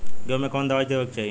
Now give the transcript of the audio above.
गेहूँ मे कवन दवाई देवे के चाही?